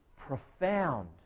profound